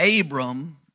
Abram